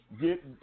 get